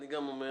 אני גם אומר